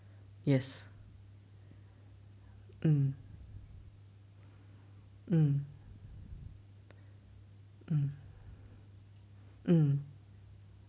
yes mm mm mm mm